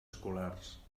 escolars